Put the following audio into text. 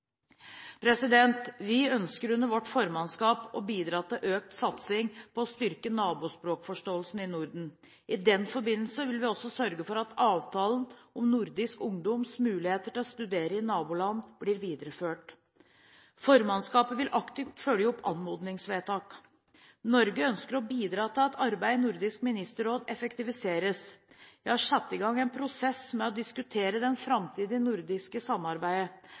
Vi ønsker under vårt formannskap å bidra til økt satsing på å styrke nabospråkforståelsen i Norden. I den forbindelse vil vi også sørge for at avtalen om nordisk ungdoms muligheter til å studere i naboland blir videreført. Formannskapet vil aktivt følge opp anmodningsvedtaket. Norge ønsker å bidra til at arbeidet i Nordisk Ministerråd effektiviseres. Det er satt i gang en prosess med å diskutere det framtidige nordiske samarbeidet.